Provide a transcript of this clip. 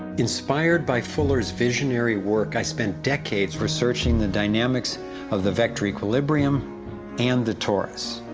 inspired by fuller's visionary work, i spent decades researching the dynamics of the vector equilibrium and the torus.